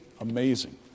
amazing